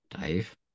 Dave